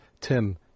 Tim